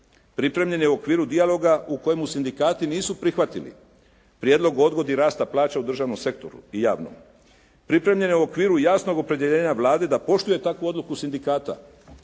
Pripremljen je u okviru dijaloga u kojemu sindikati nisu prihvatili prijedlog o odgodi rasta plaća u državnom sektoru i javnom. Pripremljen je u okviru jasnog opredjeljenja Vlade da poštuje takvu odluku sindikata,